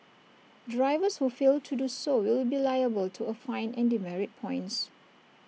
drivers who fail to do so will be liable to A fine and demerit points